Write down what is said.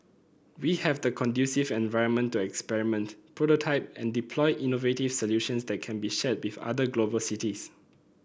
we have the conducive environment to experiment prototype and deploy innovative solutions that can be shared with other global cities